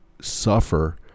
suffer